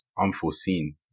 Unforeseen